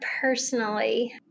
personally